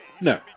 No